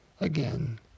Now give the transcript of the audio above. again